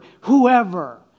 whoever